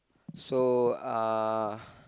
so uh